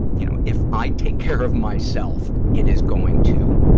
you know, if i take care of myself, it is going to,